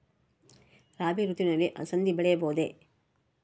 ರಾಭಿ ಋತುವಿನಲ್ಲಿ ಅಲಸಂದಿ ಬೆಳೆಯಬಹುದೆ?